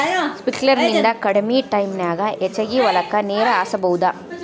sprinkler ನಿಂದ ಕಡಮಿ ಟೈಮನ್ಯಾಗ ಹೆಚಗಿ ಹೊಲಕ್ಕ ನೇರ ಹಾಸಬಹುದು